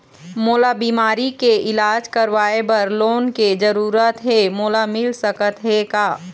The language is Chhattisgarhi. मोला बीमारी के इलाज करवाए बर लोन के जरूरत हे मोला मिल सकत हे का?